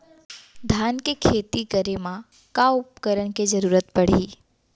धान के खेती करे मा का का उपकरण के जरूरत पड़हि?